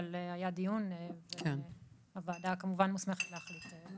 אבל היה דיון והוועדה כמובן מוסמכת להחליט.